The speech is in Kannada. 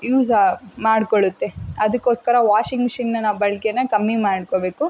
ಯೂಸಾ ಮಾಡಿಕೊಳ್ಳುತ್ತೆ ಅದಕ್ಕೋಸ್ಕರ ವಾಷಿಂಗ್ ಮಿಷಿನನ್ನ ನಾವು ಬಳಕೆನಾ ಕಮ್ಮಿ ಮಾಡ್ಕೋಬೇಕು